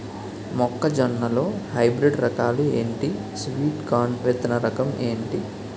మొక్క జొన్న లో హైబ్రిడ్ రకాలు ఎంటి? స్వీట్ కార్న్ విత్తన రకం ఏంటి?